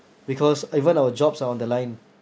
because even our jobs are on the line